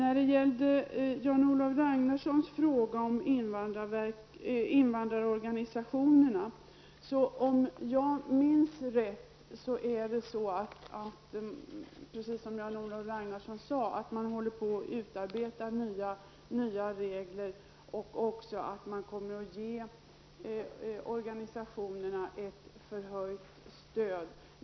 Jan-Olof Ragnarsson frågade om invandrarorganisationerna. Om jag minns rätt är det precis som Jan-Olof Ragnarsson sade, att man håller på att utarbeta nya regler. Man kommer även att ge organisationerna ett förhöjt stöd.